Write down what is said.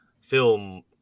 film